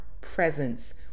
presence